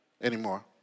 anymore